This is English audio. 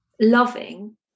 loving